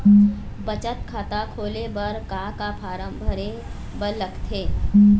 बचत खाता खोले बर का का फॉर्म भरे बार लगथे?